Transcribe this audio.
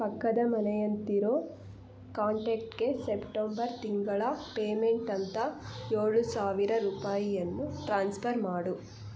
ಪಕ್ಕದ ಮನೆ ಅಂತಿರೊ ಕಾಂಟ್ಯಾಕ್ಟ್ಗೆ ಸೆಪ್ಟೆಂಬರ್ ತಿಂಗಳ ಪೇಮೆಂಟ್ ಅಂತ ಏಳು ಸಾವಿರ ರೂಪಾಯಿಯನ್ನು ಟ್ರಾನ್ಸ್ಫರ್ ಮಾಡು